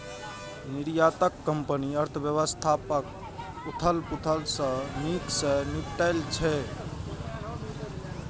निर्यातक कंपनी अर्थव्यवस्थाक उथल पुथल सं नीक सं निपटि लै छै